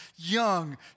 young